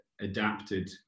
adapted